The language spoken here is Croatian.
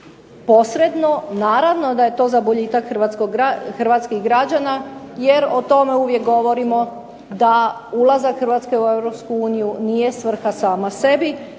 posredno naravno da je to za boljitak hrvatskih građana jer o tome uvijek govorimo da ulazak Hrvatske u Europsku uniju nije svrha sama sebi